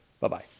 Bye-bye